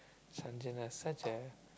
such a